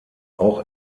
auch